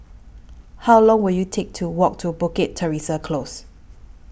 How Long Will IT Take to Walk to Bukit Teresa Close